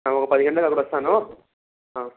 ఒక పది గంటలకు అప్పుడు వస్తాను